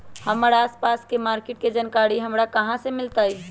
हमर आसपास के मार्किट के जानकारी हमरा कहाँ से मिताई?